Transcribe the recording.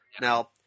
Now